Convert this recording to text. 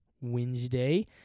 Wednesday